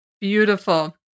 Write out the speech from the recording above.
Beautiful